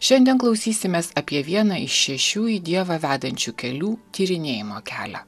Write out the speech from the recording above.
šiandien klausysimės apie vieną iš šešių į dievą vedančių kelių tyrinėjimo kelią